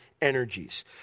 energies